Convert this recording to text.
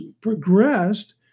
progressed